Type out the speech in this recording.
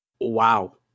Wow